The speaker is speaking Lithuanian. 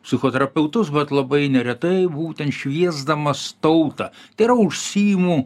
psichoterapeutus bet labai neretai būtent šviesdamas tautą tai yra užsiimu